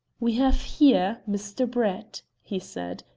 we have here, mr. brett, he said,